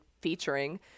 featuring